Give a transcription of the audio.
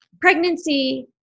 pregnancy